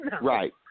Right